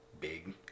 big